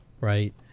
right